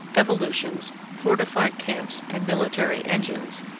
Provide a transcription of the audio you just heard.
evolutions, fortified camps, and military engines,